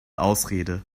ausrede